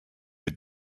had